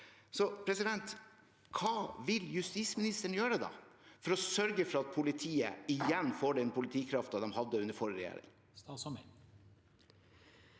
og overgrep. Hva vil justisministeren gjøre for å sørge for at politiet igjen får den politikraften de hadde under forrige regjering?